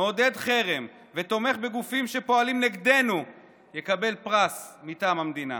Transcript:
מעודד חרם ותומך בגופים שפועלים נגדנו יקבל פרס מטעם המדינה.